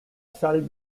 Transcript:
salle